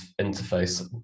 interface